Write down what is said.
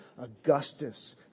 Augustus